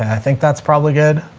i think that's probably good